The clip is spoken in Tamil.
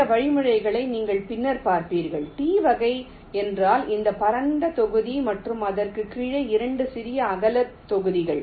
இந்த வழிமுறைகளை நீங்கள் பின்னர் பார்ப்பீர்கள் T வகை என்றால் இந்த பரந்த தொகுதி மற்றும் அதற்கு கீழே 2 சிறிய அகல தொகுதிகள்